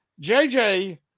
JJ